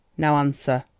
now answer.